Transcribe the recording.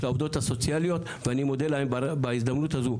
הסוציאליות ואני מודה להן בהזדמנות הזו,